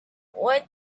what